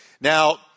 now